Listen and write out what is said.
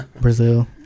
Brazil